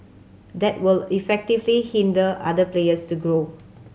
that will effectively hinder other players to grow